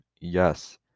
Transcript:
yes